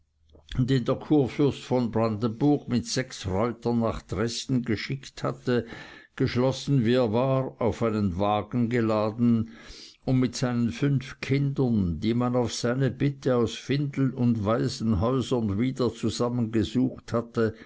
der kurfürst von brandenburg mit sechs reutern nach dresden geschickt hatte geschlossen wie er war auf einen wagen geladen und mit seinen fünf kindern die man auf seine bitte aus findel und waisenhäusern wieder zusammengesucht hatte